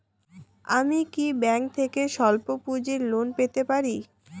আমি কি ব্যাংক থেকে স্বল্প পুঁজির লোন পেতে পারি?